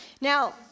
Now